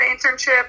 internship